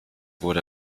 wurde